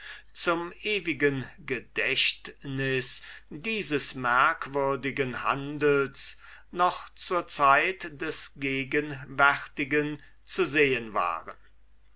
zum ewigen gedächtnis dieses merkwürdigen handels noch zur zeit des gegenwärtigen zu sehen waren